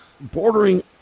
bordering